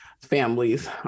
families